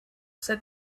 said